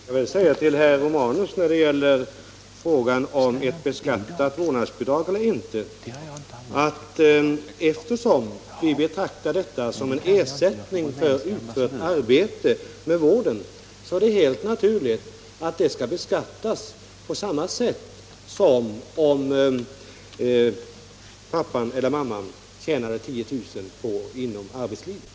Herr talman! Jag vill säga till herr Romanus när det gäller frågan om ett beskattat vårdnadsbidrag eller inte att eftersom vi betraktar vårdnadsbidraget som en ersättning för utfört arbete så är det helt naturligt att det skall beskattas på samma sätt som om pappan eller mamman tjänade 10000 kr. inom arbetslivet.